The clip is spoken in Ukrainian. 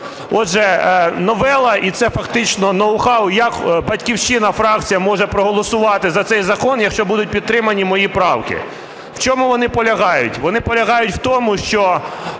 Отже, новела і це фактично ноу-хау як "Батьківщина" фракція може проголосувати за цей закон, якщо будуть підтримані мої правки. В чому вони полягають. Вони полягають в тому, що